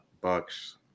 Bucks